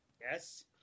Yes